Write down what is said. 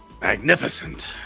magnificent